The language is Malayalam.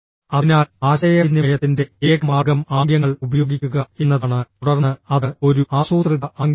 അതിനാൽ ആശയവിനിമയത്തിന്റെ ഏക മാർഗ്ഗം ആംഗ്യങ്ങൾ ഉപയോഗിക്കുക എന്നതാണ് തുടർന്ന് അത് ഒരു ആസൂത്രിത ആംഗ്യമാണ്